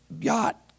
yacht